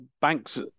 banks